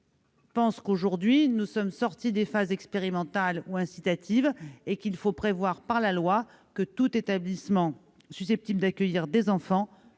diagnostics. Aujourd'hui, nous sommes sortis des phases expérimentales ou incitatives : il faut prévoir par la loi que tout établissement susceptible d'accueillir des enfants